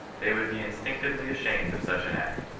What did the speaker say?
they would be instinctively ashamed of such an act,